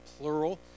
plural